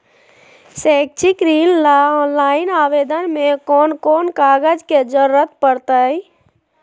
शैक्षिक ऋण ला ऑनलाइन आवेदन में कौन कौन कागज के ज़रूरत पड़तई?